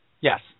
Yes